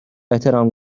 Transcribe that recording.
احترام